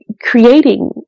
creating